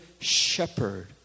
shepherd